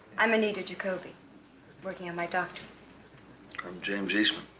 i'm anita jacobi working on my doctorate i'm james eastland.